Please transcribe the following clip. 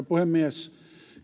puhemies